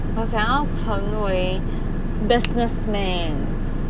我想要成为 businessman